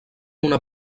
una